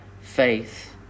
faith